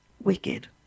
Wicked